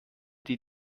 die